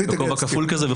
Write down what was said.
כפול.